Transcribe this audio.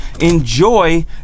enjoy